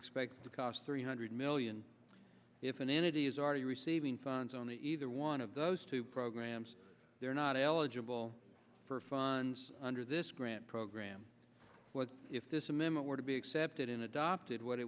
expected to cost three hundred million if an entity is already receiving funds on the either one of those two programs they are not eligible for funds under this grant program if this amendment were to be accepted in adopted what